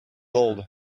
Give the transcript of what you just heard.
old